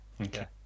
okay